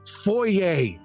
foyer